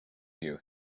you